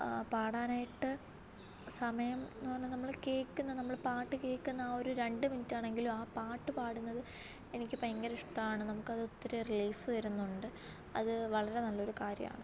പാടാനായിട്ട് സമയം എന്നുപറഞ്ഞാല് നമ്മള് കേൾക്കുന്ന നമ്മള് പാട്ട് കേള്ക്കുന്ന ആ ഒരു രണ്ട് മിനിറ്റാണെങ്കിലും ആ പാട്ട് പാടുന്നത് എനിക്ക് ഭയങ്കര ഇഷ്ടമാണ് നമുക്കത് ഒത്തിരി റിലീഫ് തരുന്നുണ്ട് അത് വളരെ നല്ലൊരു കാര്യമാണ്